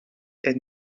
est